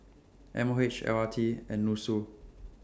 M O H L R T and Nussu